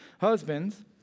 Husbands